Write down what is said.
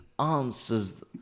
answers